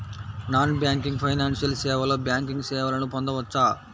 Non banking financial సేవలో banking సేవలను పొందవచ్చా?